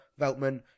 Veltman